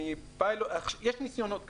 יש ניסיונות כאלה.